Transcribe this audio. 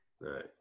right